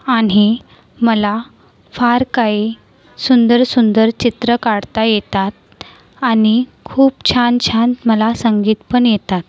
आणि मला फार काही सुंदर सुंदर चित्र काढता येतात आणि खूप छान छान मला संगीत पण येतात